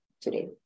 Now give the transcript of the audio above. today